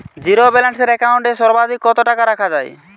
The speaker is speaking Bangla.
জীরো ব্যালেন্স একাউন্ট এ সর্বাধিক কত টাকা রাখা য়ায়?